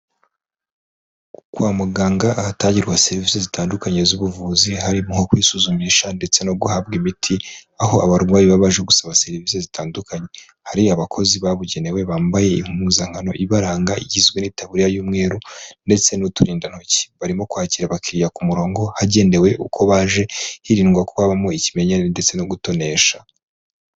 Kwa muganga ahatangirwa serivisi zitandukanye z'ubuvuzi harimo nko kwisuzumisha ndetse no guhabwa imiti aho abarwayi baba baje gusaba serivise zitandukanye, hari abakozi babugenewe bambaye impuzankano ibaranga igizwe n'itaburiya y'umweru ndetse n'uturindantoki, barimo kwakira abakiriya ku murongo hagendewe uko baje hirindwa ko habamo ikimenyane ndetse no gutonesha.